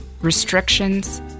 restrictions